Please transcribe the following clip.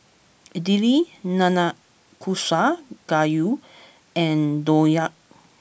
Idili Nanakusa Gayu and Dhokla